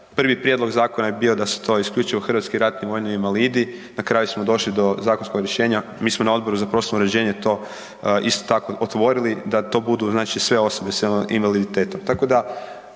prvi prijedlog zakona je bio da se to isključivo hrvatski ratni vojni invalidi, na kraju smo došli do zakonskog rješenja, mi smo na Odboru za prostorno uređenje to isto tako otvorili, da to budu znači sve osobe s invaliditetom.